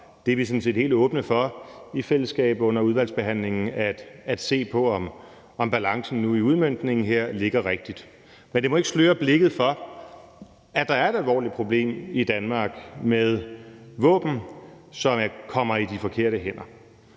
Der er vi sådan set helt åbne for i fællesskab under udvalgsbehandlingen at se på, om balancen i udmøntningen her nu ligger rigtigt. Men det må ikke sløre blikket for, at der er et alvorligt problem i Danmark med våben, som kommer i de forkerte hænder.